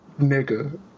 nigga